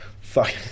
Fuck